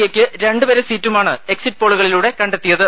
A യ്ക്ക് രണ്ടുവരെ സീറ്റുമാണ് എക്സിറ്റ് പോളുകളിലൂടെ കണ്ടെത്തിയത്